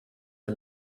der